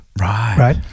Right